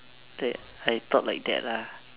I thought like that lah